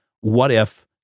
what-if